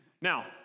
Now